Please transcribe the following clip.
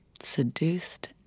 Seduced